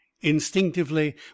Instinctively